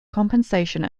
compensation